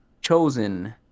Chosen